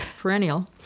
perennial